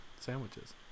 sandwiches